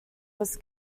was